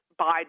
Biden